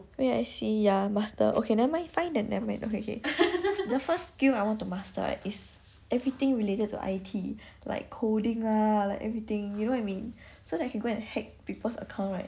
wait I see ya master okay never mind fine then never mind okay K the first skill I want to master right is everything related to I_T like coding ah like everything you know what I mean so that I can hack people's account right